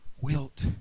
wilt